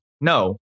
No